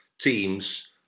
teams